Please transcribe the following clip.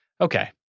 Okay